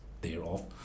thereof